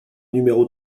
numéro